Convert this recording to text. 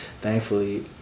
thankfully